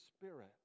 spirit